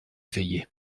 veiller